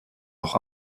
noch